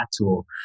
tool